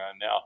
now